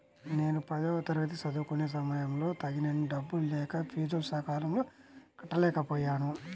నేను పదవ తరగతి చదువుకునే సమయంలో తగినన్ని డబ్బులు లేక ఫీజులు సకాలంలో కట్టలేకపోయాను